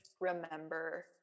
remember